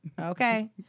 okay